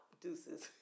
deuces